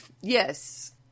yes